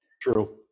True